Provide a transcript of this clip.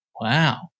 Wow